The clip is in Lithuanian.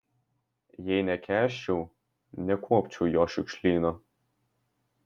jei nekęsčiau nekuopčiau jo šiukšlyno